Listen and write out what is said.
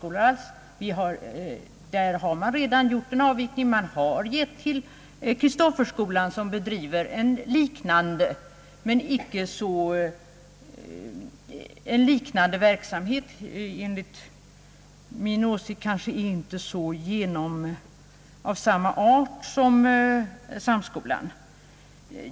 Från denna nya ståndpunkt har man emellertid redan gjort en avvikelse. Man har gett statsbidrag till Kristoffer skolan, som bedriver försöksverksamhet även om denna enligt min åsikt kanske inte är av samma art som Samskolans.